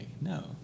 No